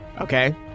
Okay